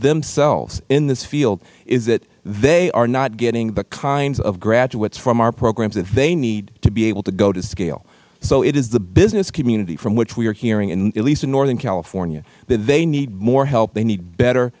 themselves in this field is that they are not getting the kinds of graduates from our programs that they need to be able to go to scale so it is the business community from which we are hearing at least in northern california that they need more help they need better